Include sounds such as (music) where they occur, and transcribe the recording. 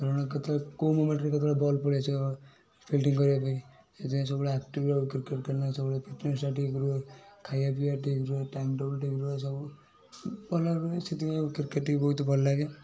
କାରଣ କେତେବେଳେ କେଉଁ ମୋମେଣ୍ଟ୍ରେ କେତେବେଳେ ବଲ୍ ପଳେଇ ଆସିବ ଫିଲିଡ଼ିଂ କରିବା ପାଇଁ ହେଇଥିପାଇଁ ସବୁବେଳେ ଆକ୍ଟିଭ୍ (unintelligible) କ୍ରିକେଟ୍ ଖେଳନା ସବୁବେଳେ ଫିଟନେସ୍ ଠିକ୍ ରୁହେ ଖାଇବା ପିଇବା ଟିକେ ଠିକ୍ ରୁହେ ଟାଇମ୍ ଟେବୁଲ୍ ଠିକ୍ ରୁହେ ସବୁ ଭଲ ରୁହେ ସେଥିପାଇଁ ଆଉ କ୍ରିକେଟ୍ ବହୁତୁ ଭଲ ଲାଗେ